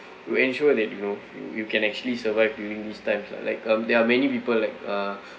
you ensure that you know you can actually survive during these times lah like um there are many people like uh